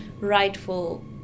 rightful